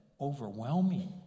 overwhelming